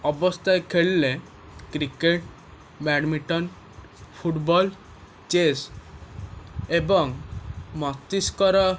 ଅବଶ୍ୟ ଖେଳିଲେ cricket badminton football chess ଏବଂ ମସ୍ତିଷ୍କର